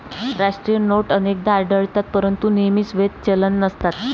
राष्ट्रीय नोट अनेकदा आढळतात परंतु नेहमीच वैध चलन नसतात